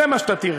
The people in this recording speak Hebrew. זה מה שאתה תראה.